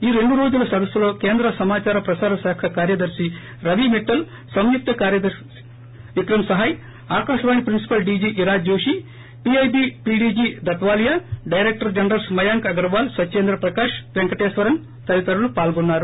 ఈ రెండు రోజుల సదస్సులో కేంద్ర సమాదార ప్రసార శాఖ కార్యదర్తి రవి మిట్లల్ సంయుక్త కార్యదర్తి Vikram Sahay Akashvani principal DG Ira Joshi PIB PDG Dhatwalia director generals Mayank Agarwal Satyendra Prakash Venkateswaran తదితరులు పాల్గొన్నారు